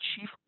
Chief